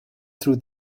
through